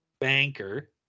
banker